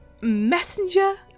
messenger